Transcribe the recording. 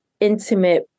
intimate